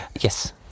Yes